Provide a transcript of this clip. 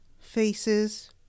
faces